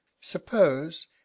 Suppose